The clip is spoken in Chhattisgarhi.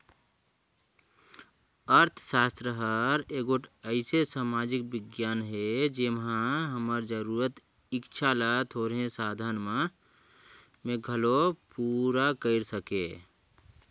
अर्थसास्त्र हर एगोट अइसे समाजिक बिग्यान हे जेम्हां हमर जरूरत, इक्छा ल थोरहें साधन में घलो पूरा कइर सके